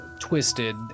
twisted